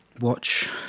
watch